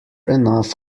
enough